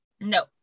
no